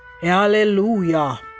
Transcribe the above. Hallelujah